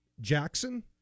Jackson